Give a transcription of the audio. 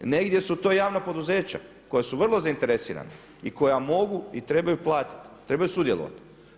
Negdje su to javna poduzeća koja su vrlo zainteresirana i koja mogu i trebaju platiti, trebaju sudjelovati.